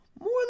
More